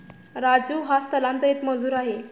राजू हा स्थलांतरित मजूर आहे